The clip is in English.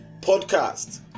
podcast